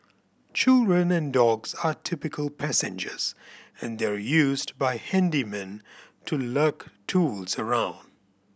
children and dogs are typical passengers and they're used by handymen to lug tools around